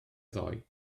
ddoe